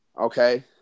Okay